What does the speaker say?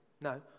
No